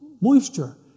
moisture